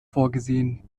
vorgesehen